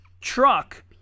truck